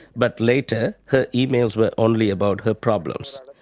but later her emails were only about her problems.